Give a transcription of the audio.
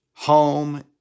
home